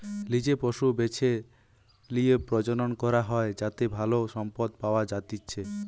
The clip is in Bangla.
লিজে পশু বেছে লিয়ে প্রজনন করা হয় যাতে ভালো সম্পদ পাওয়া যাতিচ্চে